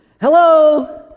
Hello